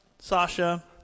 Sasha